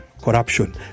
corruption